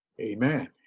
Amen